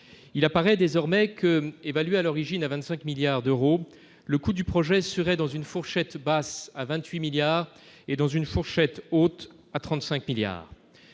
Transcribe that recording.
il apparaît désormais que évaluée à l'origine à 25 milliards d'euros le coût du projet serait dans une fourchette basse à 28 milliards et dans une fourchette haute, à 35 milliards